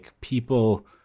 people